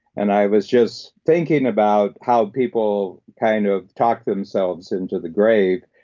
and i was just thinking about how people kind of talk themselves into the grave,